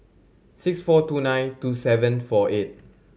six four two nine two seven four eight